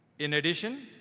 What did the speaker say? in addition,